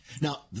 Now